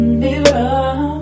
mirror